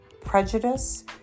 prejudice